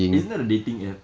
isn't that a dating app